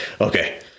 Okay